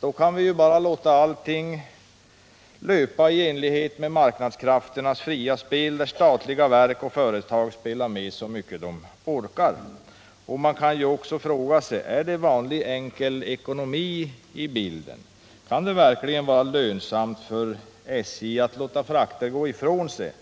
Då kan vi ju bara låta allting löpa i enlighet med marknadskrafternas fria spel, där statliga verk och företag spelar med så mycket de orkar. Man kan också fråga sig om det är vanlig enkel ekonomi med i bilden. Kan det verkligen vara lönsamt för SJ att låta frakter gå ifrån sig,